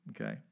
Okay